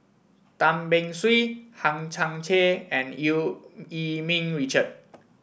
Tan Beng Swee Hang Chang Chieh and Eu Yee Ming Richard